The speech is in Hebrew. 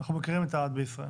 אנחנו מכירים את העד בישראל.